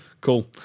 cool